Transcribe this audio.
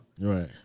Right